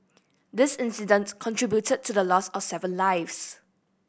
this incident contributed to the loss of seven lives